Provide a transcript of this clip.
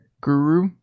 guru